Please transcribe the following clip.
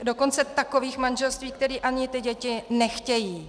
Dokonce takových manželství, která ani ty děti nechtějí.